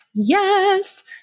Yes